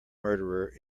murderer